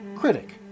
Critic